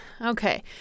Okay